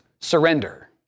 surrender